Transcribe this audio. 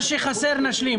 מה שחסר נשלים.